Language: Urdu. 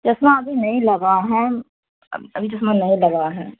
چشمہ ابھی نہیں لگا ہے ابھی چشمہ نہیں لگا ہے